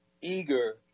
eager